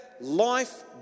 life